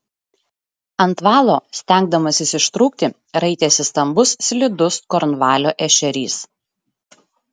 ant valo stengdamasis ištrūkti raitėsi stambus slidus kornvalio ešerys